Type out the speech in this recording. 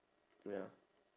ya